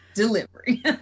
delivery